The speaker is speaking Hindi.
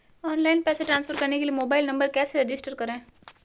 ऑनलाइन पैसे ट्रांसफर करने के लिए मोबाइल नंबर कैसे रजिस्टर करें?